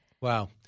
Wow